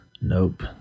Nope